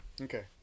Okay